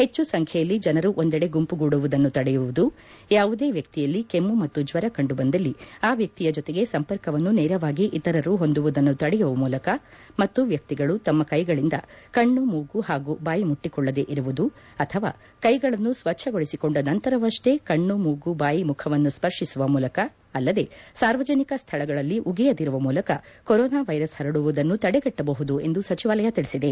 ಹೆಚ್ಚು ಸಂಖ್ಯೆಯಲ್ಲಿ ಜನರು ಒಂದೆಡೆ ಗುಂಪುಗೂಡುವುದನ್ನು ತಡೆಯುವುದು ಯಾವುದೇ ವ್ಯಕ್ತಿಯಲ್ಲಿ ಕೆಮ್ಮು ಮತ್ತು ಜ್ವರ ಕಂಡುಬಂದಲ್ಲಿ ಆ ವ್ಯಕ್ತಿಯ ಜೊತೆಗೆ ಸಂಪರ್ಕವನ್ನು ನೇರವಾಗಿ ಇತರರು ಹೊಂದುವುದನ್ನು ತಡೆಯುವ ಮೂಲಕ ಮತ್ತು ವ್ಯಕ್ತಿಗಳು ತಮ್ಮ ಕೈಗಳಿಂದ ಕಣ್ಣು ಮೂಗು ಹಾಗೂ ಬಾಯಿ ಮುಟ್ಟಿಕೊಳ್ಳದೆ ಇರುವುದು ಅಥವಾ ಕೈಗಳನ್ನು ಸ್ನಚ್ಲಗೊಳಿಸಿಕೊಂಡ ನಂತರವಷ್ಲೇ ಕಣ್ಲು ಮೂಗು ಬಾಯಿ ಮುಖವನ್ನು ಸ್ನರ್ಶಿಸುವ ಮೂಲಕ ಅಲ್ಲದೆ ಸಾರ್ವಜನಿಕ ಸ್ಥಳಗಳಲ್ಲಿ ಉಗಿಯದಿರುವ ಮೂಲಕ ಕೊರೊನಾ ವೈರಸ್ ಹರಡುವುದನ್ನು ತಡೆಗಟ್ಟಬಹುದು ಎಂದು ಸಚಿವಾಲಯ ತಿಳಿಸಿದೆ